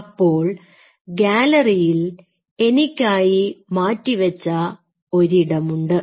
അപ്പോൾ ഗാലറിയിൽ എനിക്കായി മാറ്റിവെച്ച ഒരിടമുണ്ട്